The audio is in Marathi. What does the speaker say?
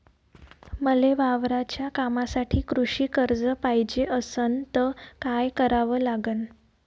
मले वावराच्या कामासाठी कृषी कर्ज पायजे असनं त काय कराव लागन?